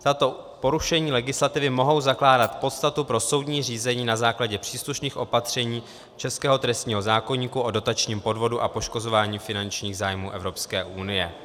Tato porušení legislativy mohou zakládat podstatu pro soudní řízení na základě příslušných opatření českého trestního zákoníku o dotačním podvodu a poškozování finančních zájmů Evropské unie.